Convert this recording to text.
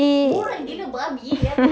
really